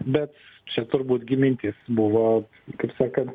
bet čia turbūt gi mintis buvo kaip sakant